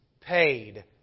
paid